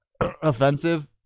offensive